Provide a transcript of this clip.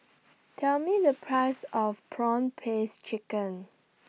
Tell Me The Price of Prawn Paste Chicken